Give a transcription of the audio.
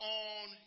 on